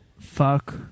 Fuck